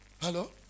Hello